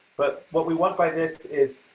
but what we want by this is,